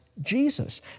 Jesus